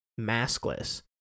maskless